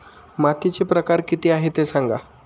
मातीचे प्रकार किती आहे ते सांगा